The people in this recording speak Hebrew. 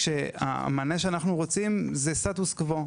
המענה שאנחנו רוצים לתת הוא סטטוס קוו;